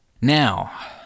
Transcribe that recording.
Now